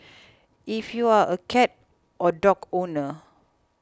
if you are a cat or dog owner